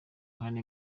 nkana